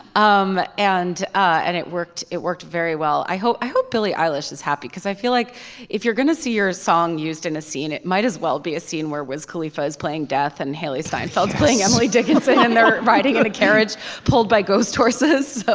um and and it worked. it worked very well. i hope i hope billy eilis is happy because i feel like if you're going to see your song used in a scene it might as well be a scene where wiz khalifa is playing death and hailee steinfeld playing emily dickinson and they're riding in a carriage pulled by ghost horses but